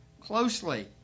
closely